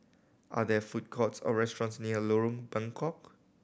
are there food courts or restaurants near Lorong Bengkok